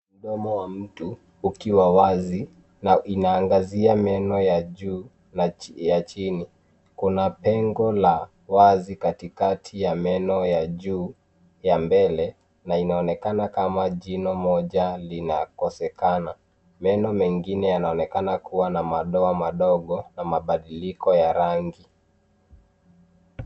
MDomo wa mtu ukiwa wazi na inaangazia meno ya juu na ya chini. kuna pengo la wazi katikati ya meno ya juu ya mbele na inaonekana kama jino moja linakosekana. meno mengine yanaonekana kuwa na madoa madogo na mabadiliko ya rangi.